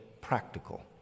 practical